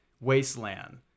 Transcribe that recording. Wasteland